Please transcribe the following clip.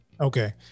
Okay